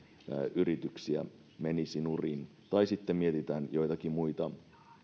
yrityksiä menisi nurin tai sitten mietitään joitakin muita